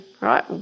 right